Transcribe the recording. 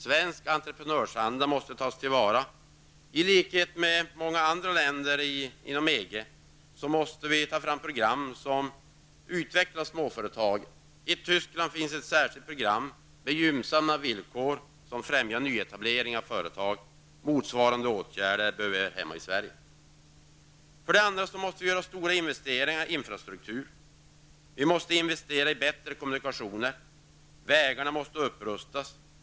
Svensk entreprenörsanda måste tas till vara. I likhet med många andra länder inom EG måste vi ta fram program som utvecklar småföretag. I Tyskland finns ett särskilt program med gynnsamma villkor, som främjar nyetablering av företag. Motsvarande åtgärder behöver vi här hemma i Sverige. För det andra måste vi göra stora investeringar i infrastruktur. Vi måste investera i bättre kommunikationer. Vägarna måste upprustas.